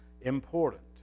important